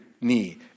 knee